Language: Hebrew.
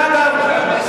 אגב,